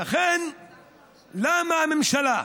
למה הממשלה,